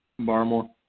Barmore